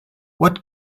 what